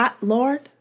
Lord